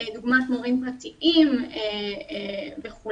דוגמת מורים פרטיים וכו'.